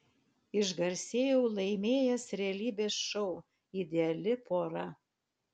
išgarsėjau laimėjęs realybės šou ideali pora